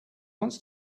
wants